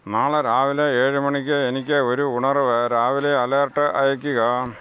നാളെ രാവിലെ ഏഴ് മണിക്ക് എനിക്ക് ഒരു ഉണർവ് രാവിലെ അലേർട്ട് അയയ്ക്കുക